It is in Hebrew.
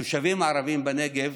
התושבים הערבים בנגב